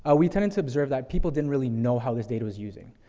ah we tended to observe that people didn't really know how this data was using.